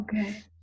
Okay